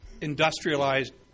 industrialized